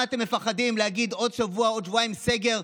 מה, אתם מפחדים להגיד שעוד שבוע, עוד שבועיים סגר?